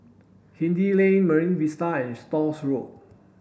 Hindhede Lane Marine Vista and Stores Road